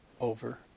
over